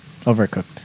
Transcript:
Overcooked